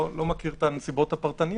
לא מכיר את הנסיבות הפרטניות.